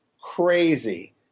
crazy